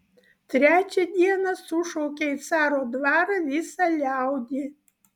trečią dieną sušaukė į caro dvarą visą liaudį